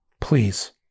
Please